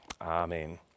Amen